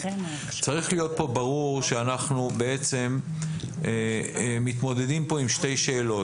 ברור שאנחנו בעצם מתמודדים פה עם שתי שאלות,